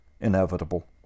inevitable